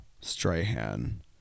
Strahan